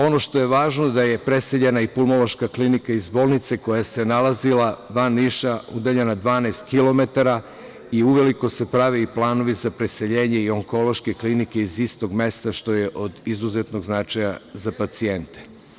Ono što je važno da je preseljena i Pulmološka klinika iz bolnice koja se nalazila van Niša, udaljena 12 kilometara, i uveliko se prave planovi za preseljenje i onkološke klinike iz istog mesta, što je od izuzetnog značaja za pacijente.